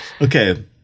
Okay